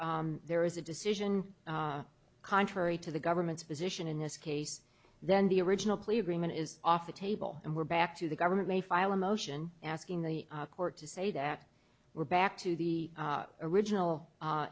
there is a decision contrary to the government's position in this case then the original plea agreement is off the table and we're back to the government may file a motion asking the court to say that we're back to the original